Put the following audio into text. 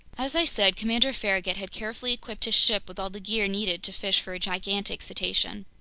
as i said, commander farragut had carefully equipped his ship with all the gear needed to fish for a gigantic cetacean.